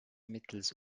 mittels